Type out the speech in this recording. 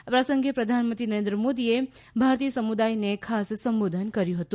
આ પ્રસંગે પ્રધાનમંત્રી નરેન્ મોદીએ ભારતીય સમુદાયને સંબોધન કર્યું હતું